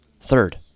Third